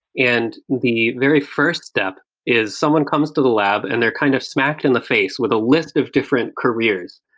and the very first step is someone someone comes to the lab and they're kind of smacked in the face with a list of different careers.